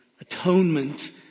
atonement